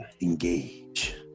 engage